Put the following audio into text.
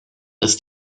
ist